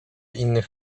innych